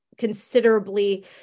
considerably